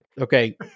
Okay